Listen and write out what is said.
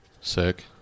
Sick